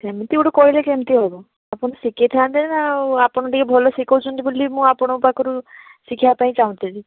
ସେମିତି ଗୋଟେ କହିଲେ କେମିତି ହବ ଆପଣ ଶିଖାଇଥାନ୍ତେ ନା ଆଉ ଆପଣ ଟିକିଏ ଭଲ ଶିଖାଉଛନ୍ତି ବୋଲି ମୁଁ ଆପଣଙ୍କ ପାଖରୁ ଶିଖିବା ପାଇଁ ଚାହୁଁଥିଲି